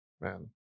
man